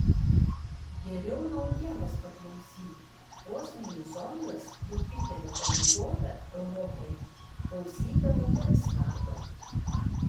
geriau naujienos paklausyk kosminis zondas jupiterio palydove europoje gausybę vandens rado